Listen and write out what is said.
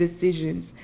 decisions